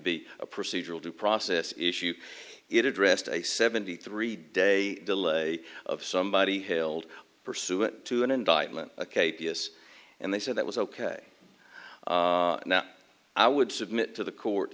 be a procedural due process issue it addressed a seventy three day delay of somebody hailed pursue it to an indictment k b s and they said that was ok now i would submit to the court